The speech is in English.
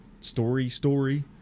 story-story